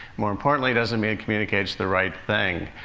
more importantly, it doesn't mean it communicates the right thing.